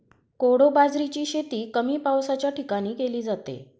कोडो बाजरीची शेती कमी पावसाच्या ठिकाणी केली जाते